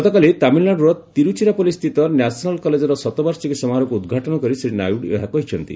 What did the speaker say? ଗତକାଲି ତାମିଲନାଡ଼ୁର ତୀରୁଚିରାପଲ୍ଲୀ ସ୍ଥିତ ନ୍ୟାସନାଲ୍ କଲେଜ୍ର ଶତବାର୍ଷିକୀ ସମାରୋହକୁ ଉଦ୍ଘାଟନ କରି ଶ୍ରୀ ନାଇଡୁ ଏହା କହିଛନ୍ତି